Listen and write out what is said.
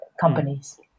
companies